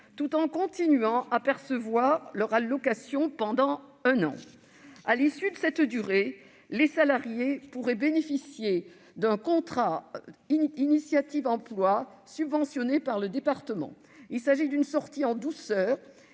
tout en continuant à percevoir leur allocation pendant un an. À l'issue de cette durée, les salariés concernés pourraient bénéficier d'un contrat initiative emploi, subventionné par le département. Il s'agit d'une sortie en douceur,